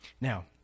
Now